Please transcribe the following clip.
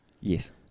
Yes